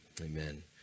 Amen